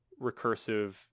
recursive